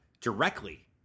directly